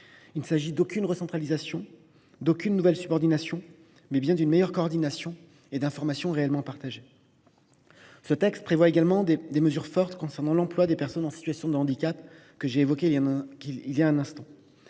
sociaux. Aucune recentralisation, aucune nouvelle subordination n’est prévue, mais nous proposons une meilleure coordination et des informations réellement partagées. Le texte contient également des mesures fortes concernant l’emploi des personnes en situation de handicap, que j’ai évoquées il y a un instant.